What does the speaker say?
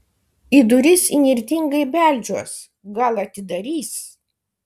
į duris įnirtingai beldžiuos gal atidarys